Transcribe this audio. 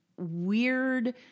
weird